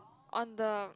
on the